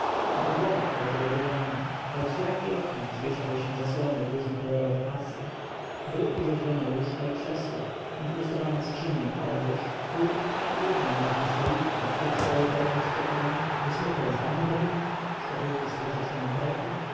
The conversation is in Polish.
na podłogach leżały dywany we drzwiach i oknach zwieszały się zasłony w różnokolorowe pasy były tu rzeźbione łóżka i krzesła inkrustowane skrzynie na odzież trójnożne i jednonożne stoliki na których stały wazony z kwiatami wysmukłe dzbany do wina szkatułki z flaszeczkami perfum